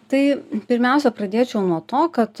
tai pirmiausia pradėčiau nuo to kad